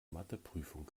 matheprüfung